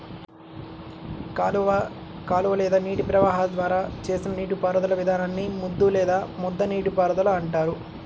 కాలువ కాలువ లేదా నీటి ప్రవాహాల ద్వారా చేసిన నీటిపారుదల విధానాన్ని ముద్దు లేదా ముద్ద నీటిపారుదల అంటారు